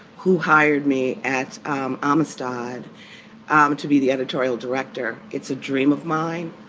who hired me at um amistad um to be the editorial director. it's a dream of mine.